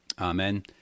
Amen